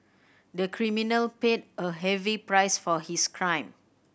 the criminal paid a heavy price for his crime